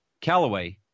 Callaway